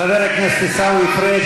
חבר הכנסת עיסאווי פריג',